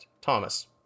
Thomas